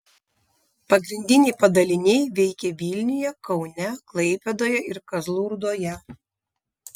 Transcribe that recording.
pagrindiniai padaliniai veikia vilniuje kaune klaipėdoje ir kazlų rūdoje